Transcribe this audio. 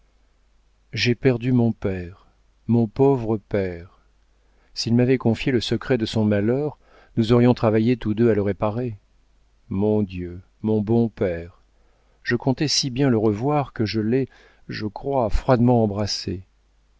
j'ai perdu mon père mon pauvre père s'il m'avait confié le secret de son malheur nous aurions travaillé tous deux à le réparer mon dieu mon bon père je comptais si bien le revoir que je l'ai je crois froidement embrassé